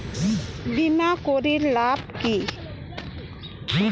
বিমা করির লাভ কি?